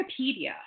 Wikipedia